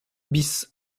bis